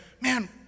man